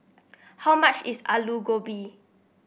how much is Alu Gobi